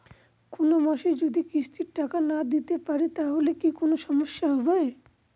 কোনমাসে যদি কিস্তির টাকা না দিতে পারি তাহলে কি কোন সমস্যা হবে?